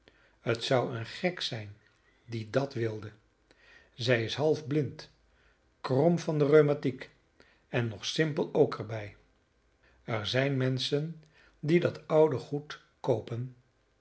het zou een gek zijn die dat wilde zij is half blind krom van de rheumatiek en nog simpel ook er bij er zijn menschen die dat oude goed koopen